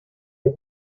dei